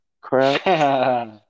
crap